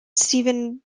stephen